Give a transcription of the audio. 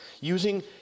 Using